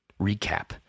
recap